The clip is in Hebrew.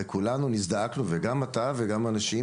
הרי כולנו נזעקנו וגם אתה וגם אנשים,